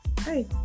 Hey